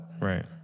Right